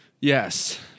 Yes